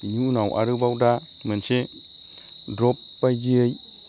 बिनि उनाव आरोबाव दा मोनसे ड्रप बायदियै